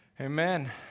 Amen